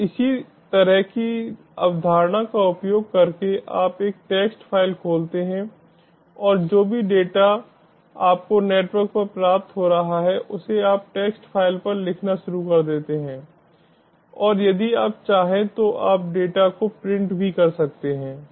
तो इसी तरह की अवधारणा का उपयोग करके आप एक टेक्स्ट फ़ाइल खोलते हैं और जो भी डेटा आपको नेटवर्क पर प्राप्त हो रहा है उसे आप टेक्स्ट फाइल पर लिखना शुरू कर देते हैं और यदि आप चाहें तो आप डेटा को प्रिंट भी कर सकते हैं